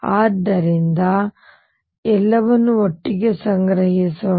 ಆದ್ದರಿಂದ ನಾವು ಎಲ್ಲವನ್ನೂ ಒಟ್ಟಿಗೆ ಸಂಗ್ರಹಿಸೋಣ